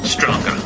Stronger